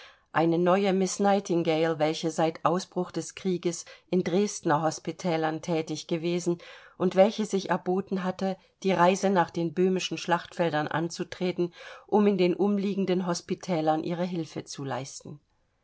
eine neue miß nightingale welche seit ausbruch des krieges in dresdener hospitälern thätig gewesen und welche sich erboten hatte die reise nach den böhmischen schlachtfeldern anzutreten um in den umliegenden hospitälern ihre hilfe zu leisten